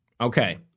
Okay